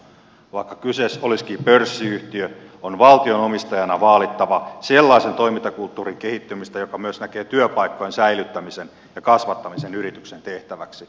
vaikka kyseessä olisikin pörssiyhtiö on valtion omistajana vaalittava sellaisen toimintakulttuurin kehittymistä joka myös näkee työpaikkojen säilyttämisen ja kasvattamisen yrityksen tehtäväksi